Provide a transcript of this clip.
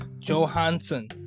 Johansson